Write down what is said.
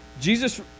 Jesus